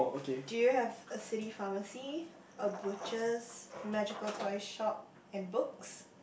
do you have a city pharmacy a butchers magical toy shop and books